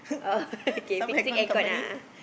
oh okay fixing air con a'ah